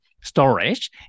storage